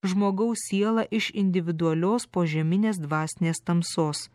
žmogaus sielą iš individualios požeminės dvasinės tamsos